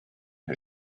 who